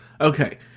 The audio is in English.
okay